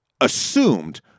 assumed